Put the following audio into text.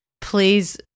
Please